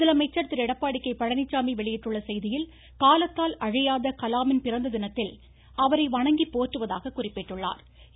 முதலமைச்சர் திரு எடப்பாடி கே பழனிச்சாமி வெளியிட்டுள்ள செய்தியில் காலத்தால் அழியாத கலாமின் பிறந்ததினத்தில் அவரை வணங்கி போற்றுவதாக குறிப்பிட்டுள்ளா்